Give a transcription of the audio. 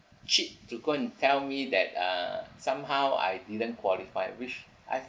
cheek to go and tell me that uh somehow I didn't qualify which I've